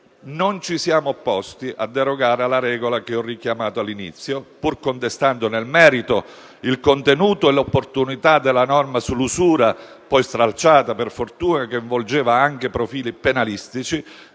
Non ci siamo opposti a derogare alla regola che ho richiamato all'inizio, pur contestando nel merito il contenuto e l'opportunità della norma sull'usura, poi per fortuna stralciata che presentava anche profili penalistici,